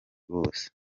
bose